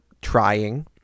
trying